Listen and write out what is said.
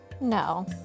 No